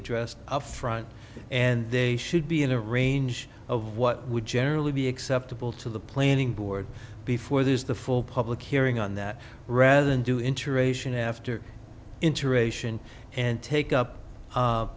addressed upfront and they should be in a range of what would generally be acceptable to the planning board before there is the full public hearing on that rather than do interation after interation and take up